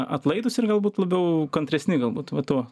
atlaidūs ir galbūt labiau kantresni galbūt va tuo